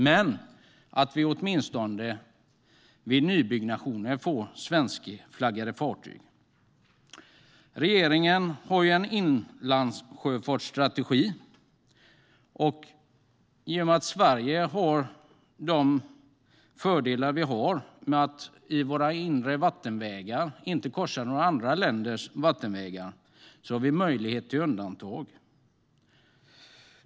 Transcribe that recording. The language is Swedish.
Men vi hoppas att vi åtminstone vid nybyggnation ska få svenskflaggade fartyg. Regeringen har en inlandssjöfartsstrategi. I och med att Sverige har fördelen av att våra inre vattenvägar inte korsar några andra länders vattenvägar har vi möjlighet till undantag.